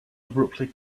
abruptly